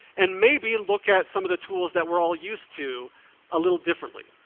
and maybe look at some of the tools that we're all used to a little differently.